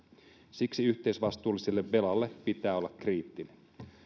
siksi yhteisvastuulliselle velalle pitää olla kriittinen